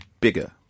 bigger